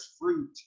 fruit